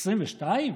22?